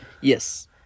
Yes